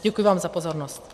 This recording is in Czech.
Děkuji vám za pozornost.